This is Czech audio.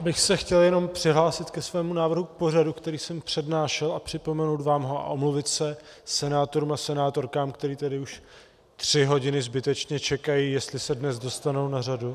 Jenom bych se chtěl přihlásit ke svému návrhu k pořadu, který jsem přednášel, a připomenout vám ho a omluvit se senátorům a senátorkám, kteří tady už tři hodiny zbytečně čekají, jestli se dnes dostanou na řadu.